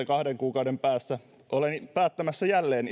kahden kuukauden päästä olen päättämässä jälleen